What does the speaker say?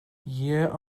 yeah